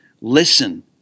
listen